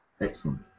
Excellent